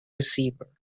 receiver